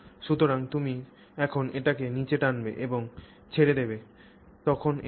সুতরাং তুমি যখন এটিকে নীচে টানবে এবং ছেড়ে দেবে তখন এটি হয়